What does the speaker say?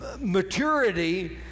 Maturity